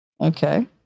Okay